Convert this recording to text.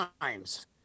times